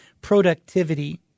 productivity